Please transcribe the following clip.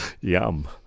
Yum